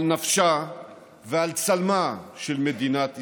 על נפשה ועל צלמה של מדינת ישראל.